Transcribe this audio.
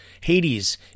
Hades